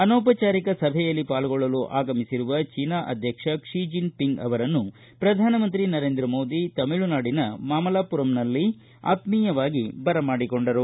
ಅನೌಪಚಾರಿಕ ಸಭೆಯಲ್ಲಿ ಪಾಲ್ಗೊಳ್ಳಲು ಆಗಮಿಸಿರುವ ಚೀನಾ ಅಧ್ಯಕ್ಷ ಕ್ಷಿ ಜಿನ್ ಪಿಂಗ್ ಅವರನ್ನು ಪ್ರಧಾನ ಮಂತ್ರಿ ನರೇಂದ್ರ ಮೋದಿ ತಮಿಳುನಾಡಿನ ಮಾಮಲ್ಲಪುರಂನ ಅರ್ಜುನ ತಪಸ್ಸು ಮಾಡಿದ ಸ್ಥಳದಲ್ಲಿ ಆತ್ಮೀಯವಾಗಿ ಬರಮಾಡಿಕೊಂಡರು